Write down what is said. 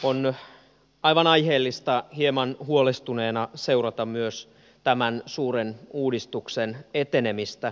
on aivan aiheellista hieman huolestuneena seurata myös tämän suuren uudistuksen etenemistä